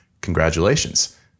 congratulations